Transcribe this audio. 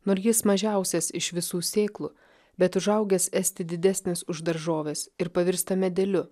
nu ar jis mažiausias iš visų sėklų bet užaugęs esti didesnis už daržoves ir pavirsta medeliu